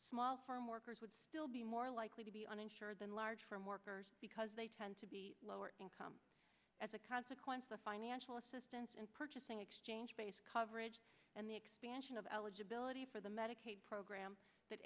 small farm workers would still be more likely to be uninsured than large from workers because they tend to be lower income as a consequence the financial assistance and purchasing exchange based coverage and the expansion of eligibility for the medicaid program that